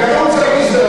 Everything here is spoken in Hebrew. גם ככה הוא צריך להזדהות,